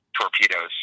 torpedoes